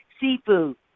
seafood